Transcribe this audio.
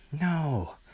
no